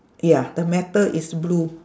ya the metal is blue